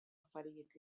affarijiet